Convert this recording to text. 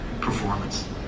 performance